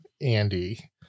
andy